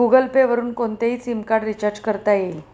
Google Pay वरुन कोणतेही SIM card recharge करता येईल